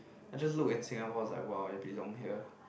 I just look in Singapore it's like !wah! I belong here